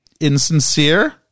insincere